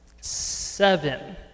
seven